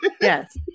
Yes